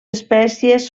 espècies